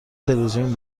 تلویزیون